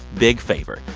big favor.